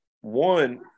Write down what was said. one